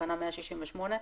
תקנה 168,